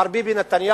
מר ביבי נתניהו